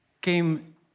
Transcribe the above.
came